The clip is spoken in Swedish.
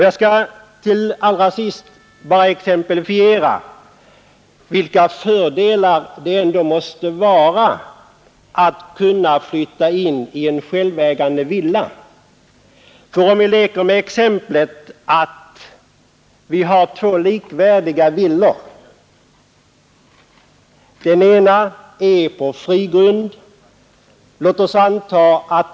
Jag skall allra sist bara vilja exemplifiera vilka fördelar det ändå i några fall innebär att flytta in i en självägd villa. Låt oss ta exemplet att vi har två — till standard, läge och produktionskostnader — likvärdiga villor.